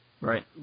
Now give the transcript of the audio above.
Right